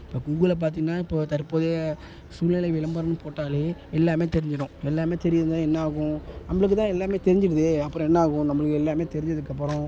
இப்போ கூகுளில் பார்த்தீங்கன்னா இப்போ தற்போதைய சூழ்நிலை விளம்பரன்னு போட்டாலே எல்லாமே தெரிஞ்சுடும் எல்லாமே தெரிந்தால் என்ன ஆகும் நம்பளுக்குதான் எல்லாமே தெரிஞ்சுடுதே அப்புறம் என்னாகும் நம்பளுக்கு எல்லாமே தெரிஞ்சதுக்கப்புறம்